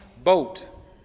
boat